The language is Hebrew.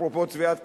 אפרופו צביעת כסף,